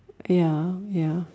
ya ya